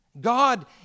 God